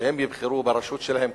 שהם יבחרו ברשות שלהם,